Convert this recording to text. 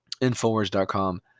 infowars.com